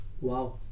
wow